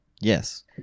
yes